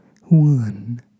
one